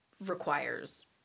requires